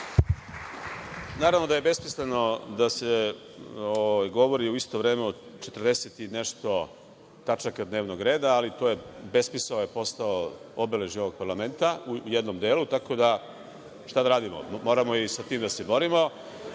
Naravno da je besmisleno da se govori u isto vreme od 40 i nešto tačaka dnevnog reda, ali besmisao je postao obeležje ovog parlamenta u jednom delu, tako da, šta da radimo, moramo i sa tim da se borimo. Na